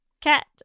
Cat